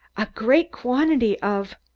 a great quantity of,